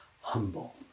humble